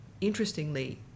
interestingly